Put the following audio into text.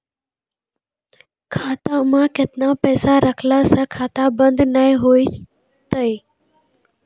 खाता मे केतना पैसा रखला से खाता बंद नैय होय तै?